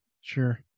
Sure